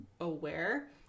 aware